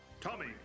Tommy